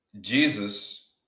Jesus